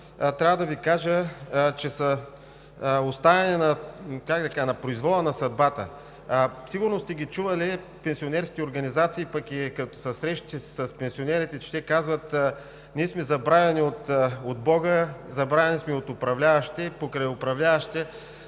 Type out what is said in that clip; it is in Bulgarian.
трябва да Ви кажа, са оставени на произвола на съдбата. Сигурно сте чували пенсионерски организации, а и като се срещате с пенсионерите, те казват: „Ние сме забравени от Бога, забравени сме от управляващите, а покрай управляващите